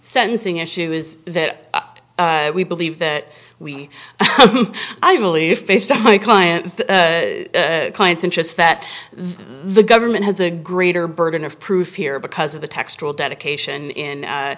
sentencing issue is that we believe that we believe based on my client client's interests that the government has a greater burden of proof here because of the textual dedication in